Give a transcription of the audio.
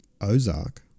ozark